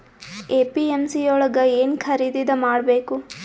APMC ಯೊಳಗ ಏನ್ ಖರೀದಿದ ಮಾಡ್ಬೇಕು?